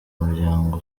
muryango